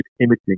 imaging